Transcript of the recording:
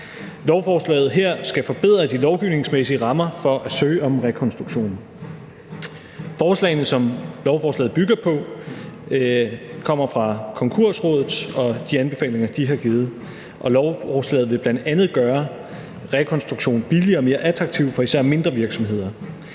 Lovforslaget her skal forbedre de lovgivningsmæssige rammer for at søge om rekonstruktion. De forslag, som lovforslaget bygger på, kommer fra Konkursrådet og de anbefalinger, de har givet, og lovforslaget vil bl.a. gøre rekonstruktion billigere og mere attraktiv for især mindre virksomheder.